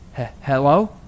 Hello